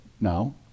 now